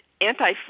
anti